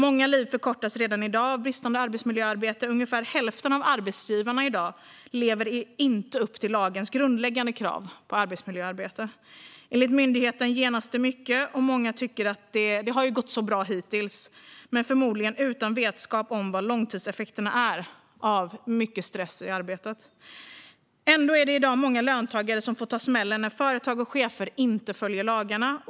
Många liv förkortas redan i dag av bristande arbetsmiljöarbete. Ungefär hälften av arbetsgivarna lever i dag inte upp till lagens grundläggande krav på arbetsmiljöarbete. Enligt myndigheten genas det mycket, och många tycker att det ju har gått bra hittills, förmodligen utan vetskap om vilka långtidseffekterna är av mycket stress på arbetet. Ändå är det i dag i många fall löntagare som får ta smällen när företag och chefer inte följer lagarna.